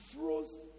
froze